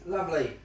Lovely